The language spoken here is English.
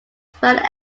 found